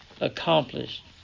accomplished